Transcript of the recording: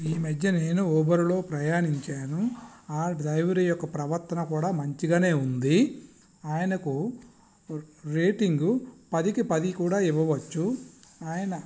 ఈమధ్య నేను ఊబర్లో ప్రయాణించాను ఆ డ్రైవర్ యొక్క ప్రవర్తన కూడా మంచిగానే ఉంది ఆయనకు రేటింగ్ పదికి పది కూడా ఇవ్వవచ్చు ఆయన